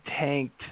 tanked